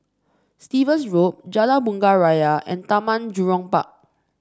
Stevens Road Jalan Bunga Raya and Taman Jurong Park